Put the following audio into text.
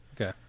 okay